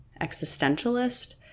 existentialist